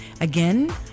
Again